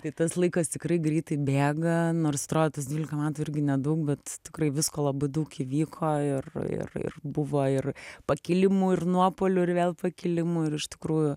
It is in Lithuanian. tai tas laikas tikrai greitai bėga nors atrodo tas dvylika metų irgi nedaug bet tikrai visko labai daug įvyko ir ir ir buvo ir pakilimų ir nuopuolių ir vėl pakilimų ir iš tikrųjų